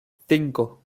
cinco